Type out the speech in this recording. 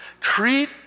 Treat